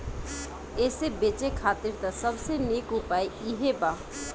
एसे बचे खातिर त सबसे निक उपाय इहे बा